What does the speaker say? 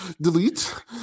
delete